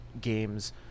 games